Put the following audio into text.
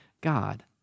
God